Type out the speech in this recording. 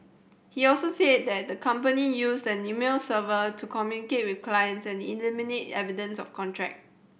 he also said that the company used an email server to communicate with clients and eliminate evidence of contact